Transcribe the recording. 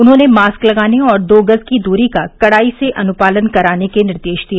उन्होंने मास्क लगाने और दो गज की दूरी का कड़ाई से अनुपालन कराने के निर्देश दिए